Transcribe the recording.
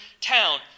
town